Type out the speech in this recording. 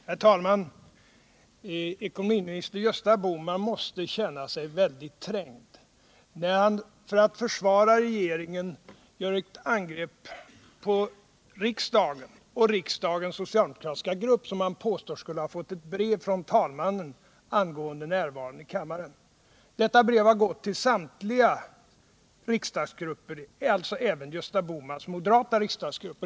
Herr talman! Ekonomiminister Gösta Bohman måste känna sig väldigt trängd, när han för att försvara regeringen gör ett angrepp på riksdagen och riksdagens socialdemokratiska grupp, som han påstår skulle ha fått ett brev från talmannen angående närvaron i kammaren. Detta brev har gått till samtliga riksdagsgrupper — alltså även till Gösta Bohmans moderata riksdagsgrupp.